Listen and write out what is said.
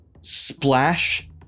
splash